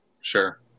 Sure